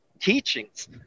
teachings